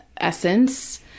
essence